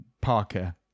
Parker